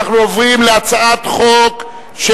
אנחנו עוברים להצעת חוק של